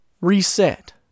Reset